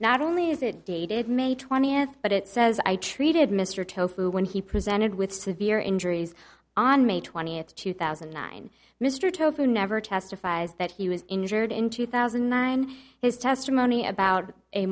not only is it dated may twentieth but it says i treated mr tofu when he presented with severe injuries on may twentieth two thousand and nine mr tobin never testifies that he was injured in two thousand and nine his testimony about a